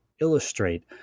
illustrate